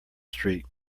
street